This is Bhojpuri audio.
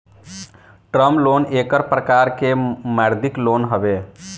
टर्म लोन एक प्रकार के मौदृक लोन हवे